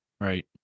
right